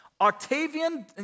Octavian